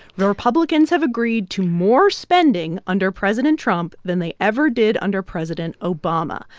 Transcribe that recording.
the republicans have agreed to more spending under president trump than they ever did under president obama.